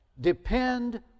Depend